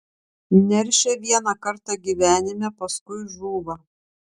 neršia vieną kartą gyvenime paskui žūva